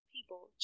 people